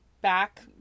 back